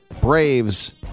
Braves